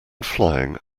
flying